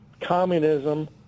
communism